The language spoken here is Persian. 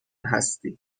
هستی